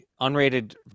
unrated